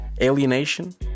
alienation